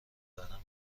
ورم